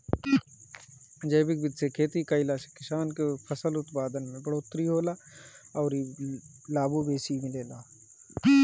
जैविक विधि से खेती कईला से किसान के फसल उत्पादन में बढ़ोतरी होला अउरी लाभो बेसी मिलेला